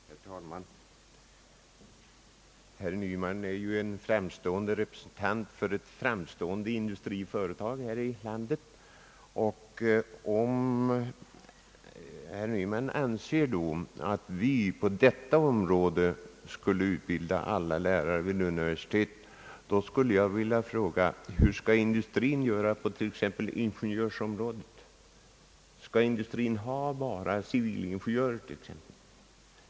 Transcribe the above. Herr talman! Herr Nyman är ju en framstående representant för ett framstående industriföretag här i landet. Om herr Nyman anser att vi på detta område skulle utbilda alla lärare vid universiteten, då vill jag fråga: Hur skall industrin göra på t.ex. ingenjörsområdet? Skall industrin ha bara civilingenjörer exempelvis?